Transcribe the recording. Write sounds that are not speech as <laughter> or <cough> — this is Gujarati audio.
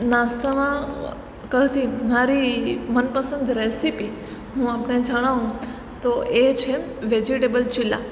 નાસ્તામા <unintelligible> મારી મનપસંદ રેસીપી હું આપને જણાવું તો એ છે વેજિટેબલ ચીલા